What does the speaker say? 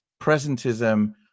presentism